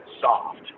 soft